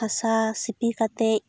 ᱦᱟᱥᱟ ᱥᱤᱯᱤ ᱠᱟᱛᱮᱫ